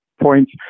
points